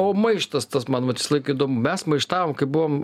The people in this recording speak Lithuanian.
o maištas tas man vat visą laiką įdomu mes maištavom kaip buvom